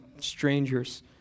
strangers